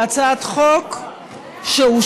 הצעת חוק שאושרה,